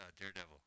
Daredevil